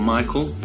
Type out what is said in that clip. Michael